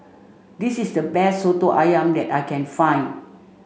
this is the best Soto Ayam that I can find